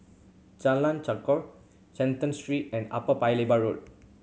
Jalan Chegar Canton Street and Upper Paya Lebar Road